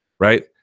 Right